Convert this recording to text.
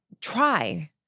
try